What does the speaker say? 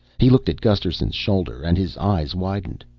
he looked at gusterson's shoulder and his eyes widened.